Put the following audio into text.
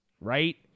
right